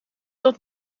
dat